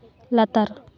ᱞᱟᱛᱟᱨ